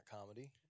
comedy